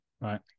right